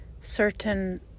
certain